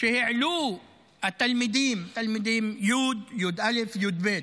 שהעלו התלמידים, תלמידי י', י"א, י"ב.